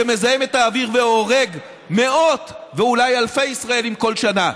שמזהם את האוויר והורג מאות ואולי אלפי ישראלים כל שנה.